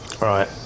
Right